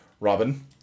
Robin